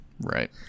Right